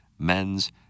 Men's